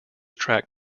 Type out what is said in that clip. track